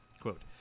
Quote